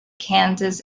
kansas